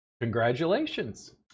congratulations